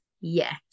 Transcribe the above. Yes